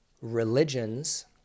Religions